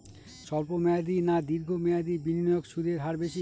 স্বল্প মেয়াদী না দীর্ঘ মেয়াদী বিনিয়োগে সুদের হার বেশী?